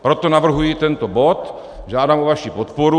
Proto navrhuji tento bod a žádám o vaši podporu.